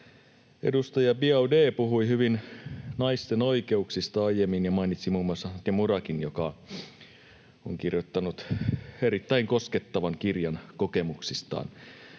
Edustaja Biaudet puhui aiemmin hyvin naisten oikeuksista ja mainitsi muun muassa Nadia Muradin, joka on kirjoittanut erittäin koskettavan kirjan kokemuksistaan.